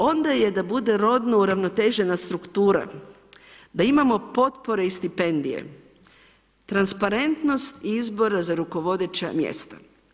Onda je da bude rodno uravnotežena struktura, da imamo potpore i stipendije, transparentnost izbora za rukovodeća mjesta.